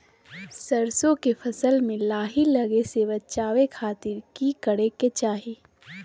सरसों के फसल में लाही लगे से बचावे खातिर की करे के चाही?